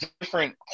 different